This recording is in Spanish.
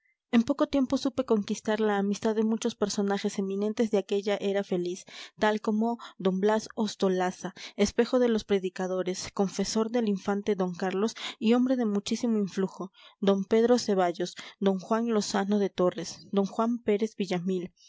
en poco tiempo supe conquistar la amistad de muchos personajes eminentes de aquella era feliz tal como d blas ostolaza espejo de los predicadores confesor del infante d carlos y hombre de muchísimo influjo don pedro ceballos d juan lozano de torres d juan pérez villamil